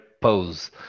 pose